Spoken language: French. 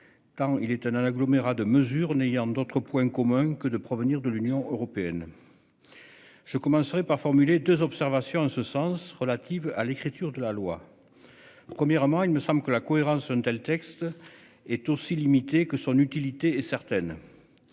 Quand il est un un agglomérat de mesures n'ayant d'autre point commun que de provenir de l'Union européenne. Je commencerai par formuler deux observations en ce sens relatives à l'écriture de la loi. Premièrement, il me semble que la cohérence, un tel texte est aussi limitée que son utilité est certaine.